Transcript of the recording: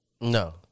No